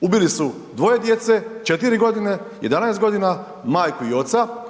Ubili su dvoje djece, 4 godine, 11 godina, majku i oca,